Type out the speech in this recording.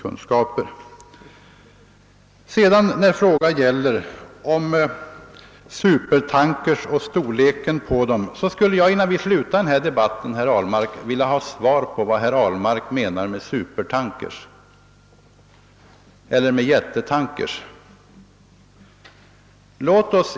Innan vi avslutar denna debatt vill jag vidare åtminstone få ett besked från herr Ahlmark i frågan hur herr Ahlmark definierar begreppen supertanker eller jättetanker.